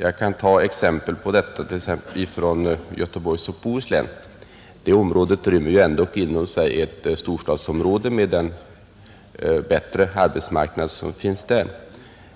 Jag kan nämna exempel härpå från Göteborgs och Bohus län, Det området rymmer ändå inom sig ett storstadsområde med den bättre arbetsmarknad som finns där,